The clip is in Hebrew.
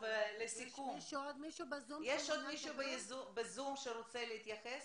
יש עוד מישהו בזום שרוצה להתייחס?